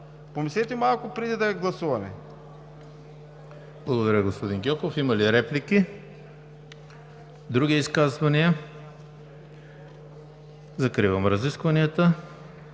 Помислете малко, преди да гласуваме.